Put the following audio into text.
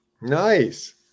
Nice